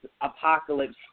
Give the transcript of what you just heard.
apocalypse